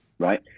right